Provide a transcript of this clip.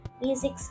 music